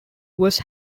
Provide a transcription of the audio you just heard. was